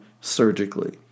surgically